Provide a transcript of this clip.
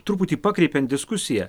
truputį pakreipiant diskusiją